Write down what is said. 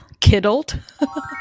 Kiddled